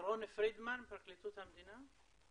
שרון פרידמן, פרקליטות המדינה.